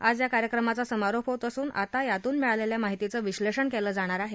आज या कार्यक्रमाचा समारोप होत असून आता यातून मिळालेल्या माहितीचं विश्सेषण केलं जाणार आहे